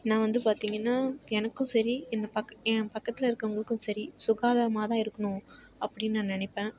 நான் வந்து பார்த்திங்கன்னா எனக்கும் சரி என் பக்க என் பக்கத்தில் இருக்கறவங்களுக்கும் சரி சுகாதாரமாக தான் இருக்கணும் அப்படினு நான் நினைப்பேன்